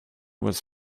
was